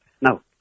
No